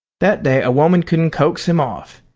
that day a woman couldn't coax him off.